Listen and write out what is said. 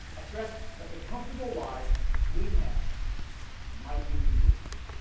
a threat that the comfortable lives we have might be removed?